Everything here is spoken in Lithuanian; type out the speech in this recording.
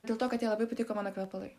dėl to kad jai labai patiko mano kvepalai